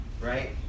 Right